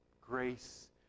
Grace